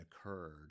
occurred